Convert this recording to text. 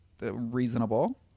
reasonable